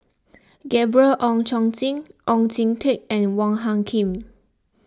Gabriel Oon Chong Jin Oon Jin Teik and Wong Hung Khim